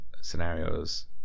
scenarios